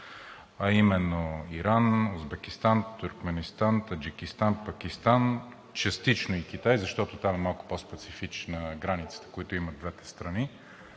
а именно Иран, Узбекистан, Туркменистан, Таджикистан, Пакистан, частично и Китай, защото там е малко по-специфична границата, която имат двете страни.